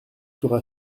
sera